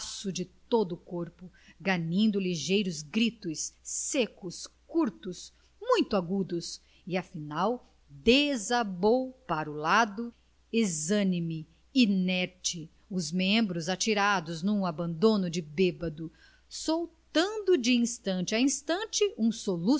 abraço de todo o corpo ganindo ligeiros gritos secos curtos muito agudos e afinal desabou para o lado exânime inerte os membros atirados num abandono de bêbedo soltando de instante a instante um